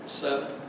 seven